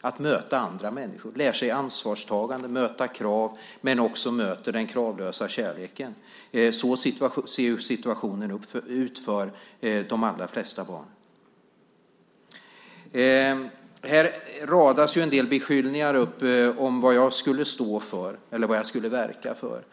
att möta andra människor, lär sig ansvarstagande och att möta krav men också möter den kravlösa kärleken. Så ser situationen ut för de allra flesta barn. Här radas en del beskyllningar upp om vad jag skulle stå för eller vad jag skulle verka för.